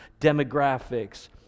demographics